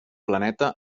planeta